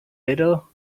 little